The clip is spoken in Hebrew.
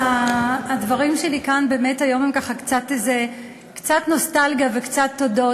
הדברים שלי כאן הם קצת נוסטלגיה וקצת תודות.